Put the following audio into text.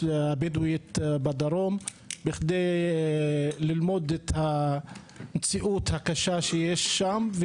הבדואיות בדרום כדי ללמוד את המציאות הקשה שם,